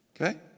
Okay